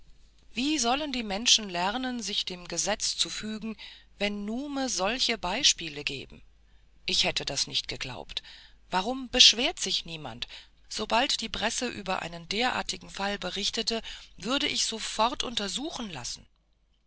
wie sollen die menschen lernen sich dem gesetz zu fügen wenn nume solche beispiele geben ich hätte das nicht geglaubt warum aber beschwert sich niemand sobald die presse über einen derartigen fall berichtete würde ich sofort untersuchen lassen